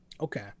okay